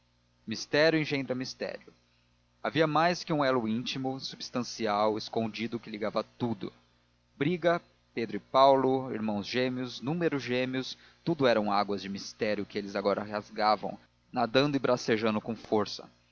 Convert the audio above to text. mistério engendra mistério havia mais de um elo íntimo substancial escondido que ligava tudo briga pedro e paulo irmãos gêmeos números gêmeos tudo eram águas de mistério que eles agora rasgavam nadando e bracejando com força